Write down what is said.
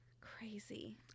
crazy